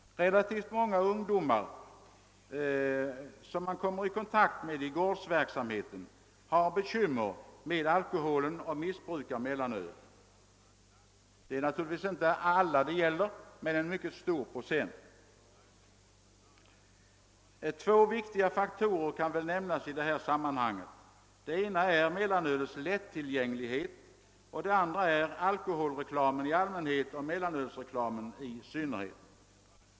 Relativt många ungdomar, som man kommer i kontakt med i gårdsverksamheten, har bekymmer med alkoholen och missbrukar mellanöl; det gäller naturligtvis inte alla men en mycket stor procentandel. Två viktiga faktorer kan nämnas i detta sammanhang. Den ena är mellanölets lättillgänglighet, den andra är alkoholreklamen i allmänhet och mellanölsreklamen i synnerhet.